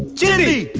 chindi!